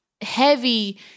heavy